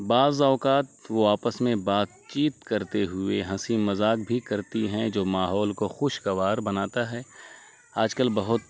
بعض اوقات وہ آپس میں بات چیت کرتے ہوئے ہنسی مذاق بھی کرتی ہیں جو ماحول کو خوشگوار بناتا ہے آج کل بہت